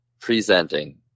presenting